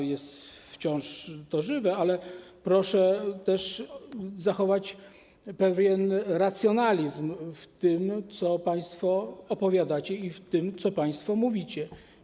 To jest wciąż żywe, ale proszę też zachować pewien racjonalizm w tym, co państwo opowiadacie, i w tym, co państwo mówicie.